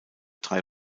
drei